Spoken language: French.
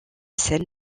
scène